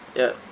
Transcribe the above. ya